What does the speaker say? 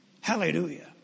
Hallelujah